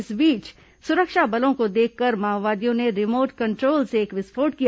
इस बीच सुरक्षा बलों को देखकर माओवादियों ने रिमोट कंट्रोल से एक विस्फोट किया